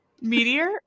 meteor